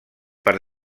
per